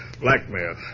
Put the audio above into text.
Blackmail